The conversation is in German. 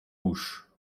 bush